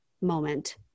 Moment